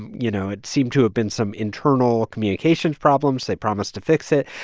you know, it seemed to have been some internal communications problems. they promised to fix it.